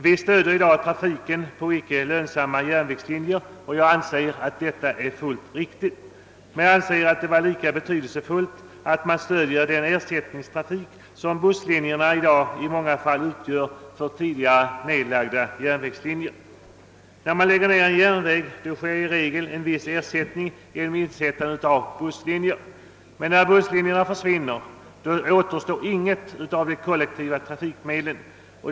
Vi stöder i dag trafiken på icke lönsamma järnvägslinjer, och jag anser att detta är fullt riktigt. Det är lika betydelsefullt att stödja den ersättning för tidigare nedlagda järnvägslinjer som busslinjerna för närvarande i många fall utgör. När man lägger ned en järnväg ges i regel en viss ersättning genom insättande av busslinjer, men när dessa försvinner återstår inget av de kollektiva trafikmedlen.